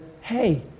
hey